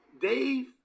Dave